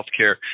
healthcare